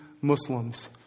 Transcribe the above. Muslims